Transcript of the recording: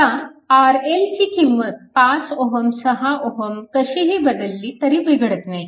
आता RL ची किंमत 5Ω 6Ω कशीही बदलली तरी बिघडत नाही